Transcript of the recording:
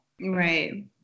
right